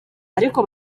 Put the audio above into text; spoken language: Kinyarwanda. ariko